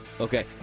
Okay